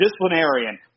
disciplinarian